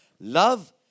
Love